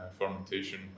fermentation